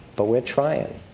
but we'll try it.